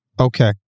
Okay